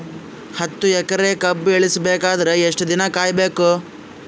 ಹತ್ತು ಎಕರೆ ಕಬ್ಬ ಇಳಿಸ ಬೇಕಾದರ ಎಷ್ಟು ದಿನ ಕಾಯಿ ಬೇಕು?